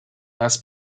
less